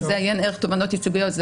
זה עיין ערך תובענות ייצוגיות,